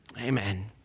Amen